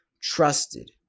trusted